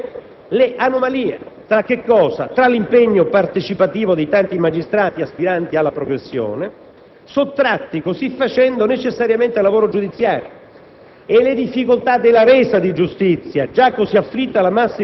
ma con autentica e sofferta preoccupazione, le anomalie tra l'impegno partecipativo dei tanti magistrati aspiranti alla progressione, sottratti così facendo necessariamente al lavoro giudiziario,